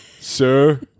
Sir